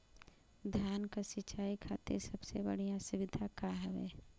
धान क सिंचाई खातिर सबसे बढ़ियां सुविधा का हवे?